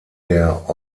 der